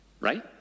right